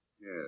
Yes